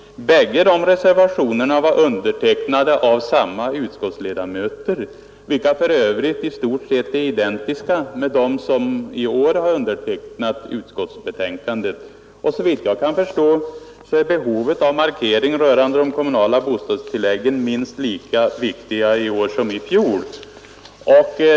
Bägge dessa reservationer var undertecknade av samma utskottsledamöter, vilka för övrigt är i stort sett desamma som de som i år har undertecknat utskottsbetänkandet. Såvitt jag kan förstå är behovet av en markering i frågan om de kommunala bostadstilläggen minst lika angelägen i år som i fjol.